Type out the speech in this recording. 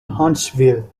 huntsville